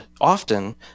often